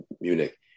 Munich